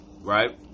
right